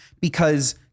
because-